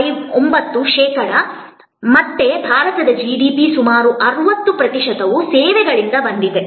9 ಶೇಕಡಾ ಮತ್ತೆ ಭಾರತದ ಜಿಡಿಪಿಯ ಸುಮಾರು 60 ಪ್ರತಿಶತವು ಸೇವೆಗಳಿಂದ ಬಂದಿದೆ